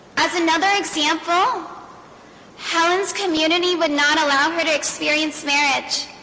as another example helens community would not allow her to experience marriage